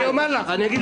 אמרתי.